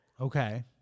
Okay